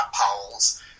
Powell's